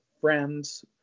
friends